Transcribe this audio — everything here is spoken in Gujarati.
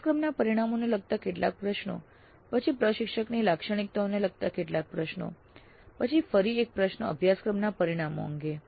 અભ્યાસક્રમના પરિણામોને લગતા કેટલાક પ્રશ્નો પછી પ્રશિક્ષકની લાક્ષણિકતાઓને લગતા કેટલાક પ્રશ્નો પછી ફરી એક પ્રશ્ન અભ્યાસક્રમના પરિણામો અંગે